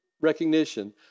recognition